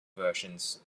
versions